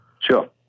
Sure